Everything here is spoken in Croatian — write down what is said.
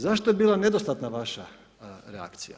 Zašto je bila nedostatna vaša reakcija?